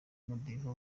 umudiho